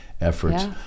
efforts